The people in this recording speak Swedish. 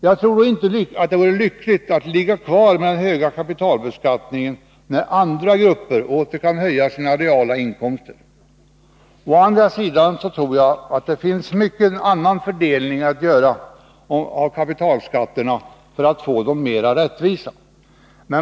Jag tror dock inte att det vore lyckligt att ligga kvar med den höga kapitalbeskattningen, när andra grupper åter kan höja sina reala inkomster. Å andra sidan tror jag att det finns mycken annan omfördelning att göra av kapitalskatterna för att få dem mera rättvisa.